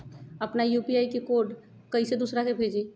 अपना यू.पी.आई के कोड कईसे दूसरा के भेजी?